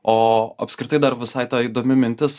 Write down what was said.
o apskritai dar visai ta įdomi mintis